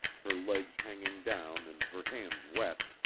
her legs hanging down and her hands wet,